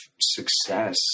success